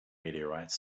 meteorites